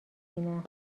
بینم